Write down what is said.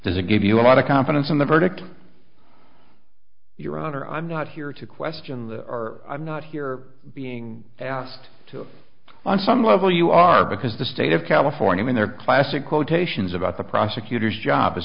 does it give you a lot of confidence in the verdict your honor i'm not here to question the i'm not here being asked to on some level you are because the state of california in their classic quotations about the prosecutor's job is